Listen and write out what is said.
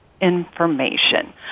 information